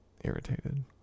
irritated